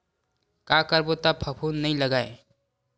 का करबो त फफूंद नहीं लगय?